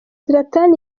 zlatan